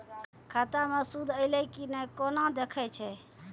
खाता मे सूद एलय की ने कोना देखय छै?